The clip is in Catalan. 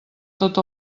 tot